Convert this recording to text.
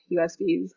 USBs